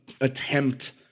attempt